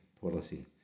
policy